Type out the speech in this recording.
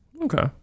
Okay